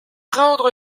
rendre